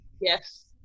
Yes